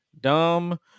Dumb